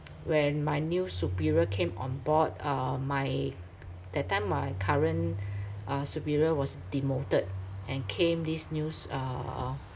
when my new superior came on board uh my that time my current uh superior was demoted and came this news uh